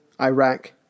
Iraq